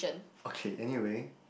okay anyway